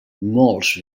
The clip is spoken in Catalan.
molts